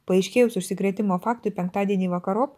paaiškėjus užsikrėtimo faktui penktadienį vakarop